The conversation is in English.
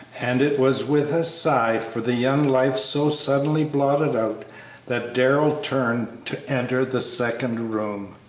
and it was with a sigh for the young life so suddenly blotted out that darrell turned to enter the second room.